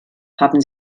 haben